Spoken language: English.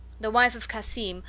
the wife of cassim,